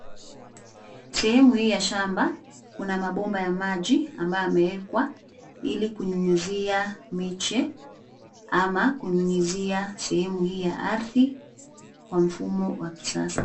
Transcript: Sehemu hii ya shamba, kuna mabomba ya maji ambayo yamewekwa ili kunyunyizia miche ama kunyunyizia sehemu hii ya ardhi kwa mfumo wa kisasa.